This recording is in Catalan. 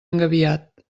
engabiat